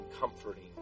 comforting